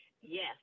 Yes